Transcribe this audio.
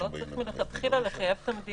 אבל לא צריך מלכתחילה לחייב את המדינה לפרסם.